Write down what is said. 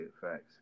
Facts